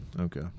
Okay